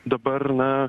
dabar na